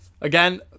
Again